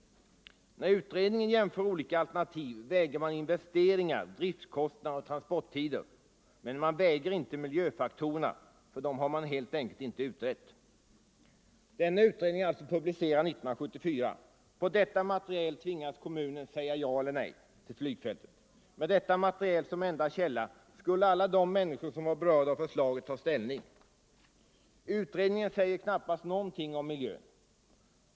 När utredningen jämför olika alternativ väger man investeringar, driftkostnader och transporttider. Men man väger inte miljöfaktorerna, för dem har man helt enkelt inte utrett. Denna utredning är publicerad 1974. På detta material tvingades kommunen säga ja eller nej till flygfältet. Med detta material som enda källa skulle alla de människor som var berörda av förslaget ta ställning. Utredningen säger knappast något om miljön.